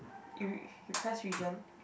you you press region